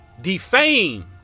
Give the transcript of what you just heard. defame